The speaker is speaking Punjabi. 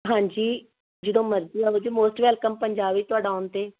ਹਾਂਜੀ ਜਦੋਂ ਮਰਜ਼ੀ ਆਉ ਜੀ ਮੋਸਟ ਵੈਲਕਮ ਪੰਜਾਬ ਵਿੱਚ ਤੁਹਡਾ ਆਉਣ 'ਤੇ